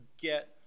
get